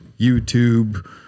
YouTube